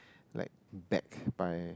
like backed by